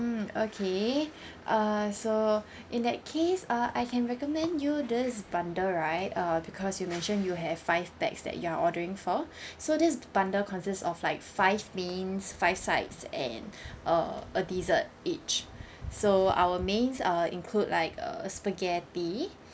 okay uh so in that case uh I can recommend you this bundle right uh because you mentioned you have five pax that you are ordering for so this bundle consists of like five mains five sides and uh a dessert each so our mains uh include like uh spaghetti